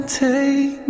take